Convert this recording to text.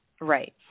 Right